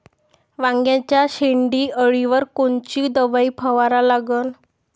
वांग्याच्या शेंडी अळीवर कोनची दवाई फवारा लागन?